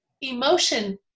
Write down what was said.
emotion